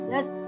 Yes